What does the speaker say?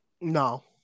No